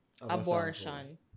Abortion